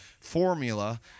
formula